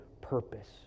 purpose